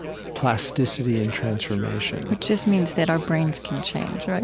plasticity and transformation which just means that our brains can change,